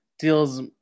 Deals